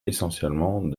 essentiellement